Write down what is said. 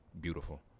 beautiful